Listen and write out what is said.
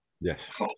Yes